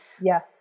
Yes